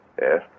Yes